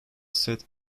set